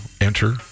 enter